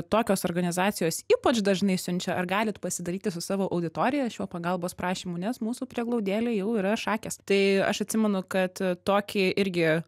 tokios organizacijos ypač dažnai siunčia ar galit pasidalyti su savo auditorija šiuo pagalbos prašymu nes mūsų prieglaudėlei jau yra šakės tai aš atsimenu kad tokį irgi